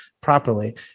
properly